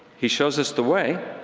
he shows us the way,